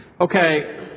Okay